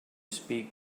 speak